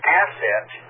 asset